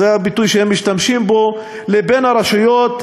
זה הביטוי שהם משתמשים בו, "לבין הרשויות.